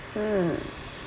mm